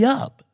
up